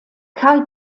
karl